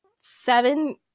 seven